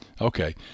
Okay